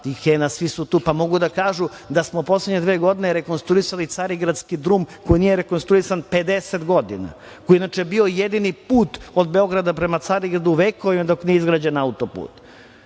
i Kena, pa mogu da kažu da smo u poslednje dve godine rekonstruisali Carigradski drum koji nije rekonstruisan 50 godina, a koji je inače bio jedini put vekovima od Beograda prema Carigradu dok nije izgrađen autoput. Možemo